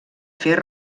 fer